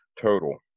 total